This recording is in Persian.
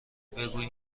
بگوییم